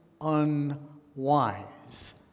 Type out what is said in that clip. unwise